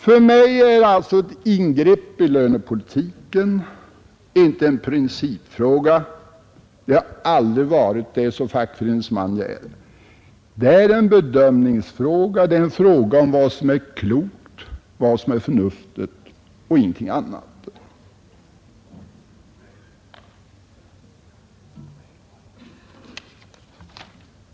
För mig är alltså ett ingrepp i lönepolitiken inte en principfråga; det har aldrig varit det, så fackföreningsman jag är. Det är en bedömningsfråga, det är en fråga om vad som är klokt, vad som är förnuftigt, och ingenting annat.